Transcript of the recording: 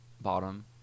bottom